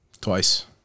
Twice